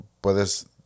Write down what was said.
puedes